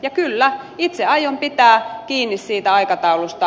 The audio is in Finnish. ja kyllä itse aion pitää kiinni siitä aikataulusta